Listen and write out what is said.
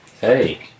Hey